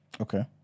Okay